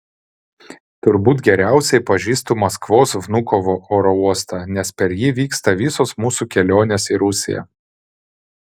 turbūt geriausiai pažįstu maskvos vnukovo oro uostą nes per jį vyksta visos mūsų kelionės į rusiją